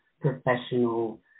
professional